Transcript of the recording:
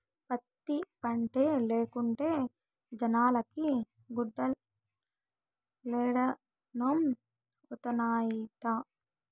పత్తి పంటే లేకుంటే జనాలకి గుడ్డలేడనొండత్తనాయిట